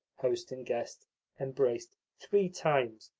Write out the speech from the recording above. host and guest embraced three times,